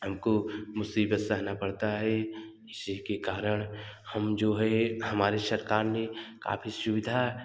हमको मुसीबत सहना पड़ता है इसी के कारण हम जो है हमारे सरकार ने काफ़ी सुविधा